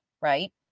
right